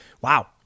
Wow